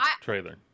trailer